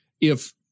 if-